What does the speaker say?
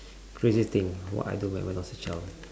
craziest thing what I do when when I was a child